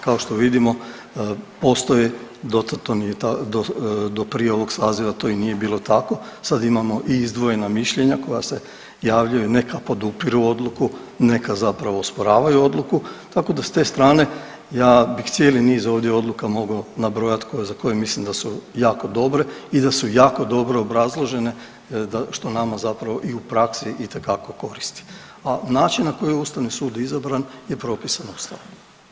Kao što vidimo postoje, do prije ovog saziva to i nije bilo tako, sad imamo i izdvojena mišljenja koja se javljaju, neka podupiru odluku, neka zapravo osporavaju odluku, tako da s te strane ja bih cijeli niz ovdje odluka mogao nabrojat za koje mislim da su jako dobre i da su jako dobro obrazložene što nama zapravo i u praksi itekako koristi, a način na koji je ustavni sud izabran je propisan ustavom.